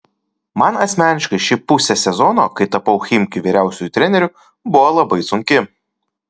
man asmeniškai ši pusė sezono kai tapau chimki vyriausiuoju treneriu buvo labai sunki